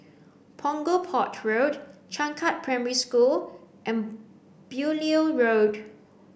Punggol Port Road Changkat Primary School and Beaulieu Road